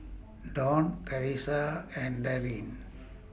Dawne Carissa and Darryn